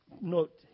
note